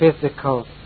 physical